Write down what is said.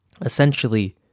Essentially